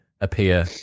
appear